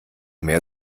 mehr